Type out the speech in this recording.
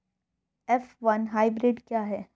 F one hybrid क्या है?